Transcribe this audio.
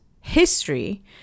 history